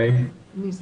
(היו"ר